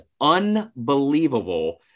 unbelievable